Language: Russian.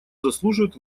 заслуживает